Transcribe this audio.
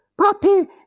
Papi